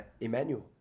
Emmanuel